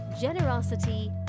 generosity